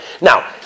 Now